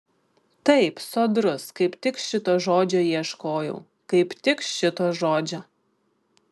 taip sodrus kaip tik šito žodžio ieškojau kaip tik šito žodžio